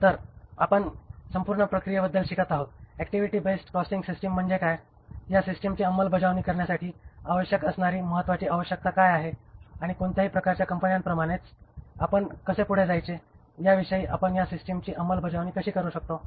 तर या आपण संपूर्ण प्रक्रियेबद्दल शिकत आहोत ऍक्टिव्हिटी बेस्ड कॉस्टिंग सिस्टिम म्हणजे काय या सिस्टिमची अंमलबजावणी करण्यासाठी आवश्यक असणारी महत्त्वाची आवश्यकता काय आहे आणि कोणत्याही प्रकारच्या कंपन्यांप्रमाणेच आपण कसे पुढे जायचे याविषयी आणि आपण या सिस्टिमची अंमलबजावणी कशी करू शकतो